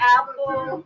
Apple